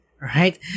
right